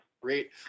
great